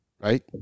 Right